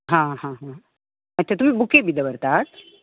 हा हा अच्छा तुमी बुके बीन दवरतात